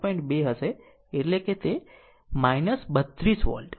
2 હશે એટલે કે 32 વોલ્ટ